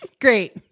Great